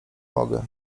mogę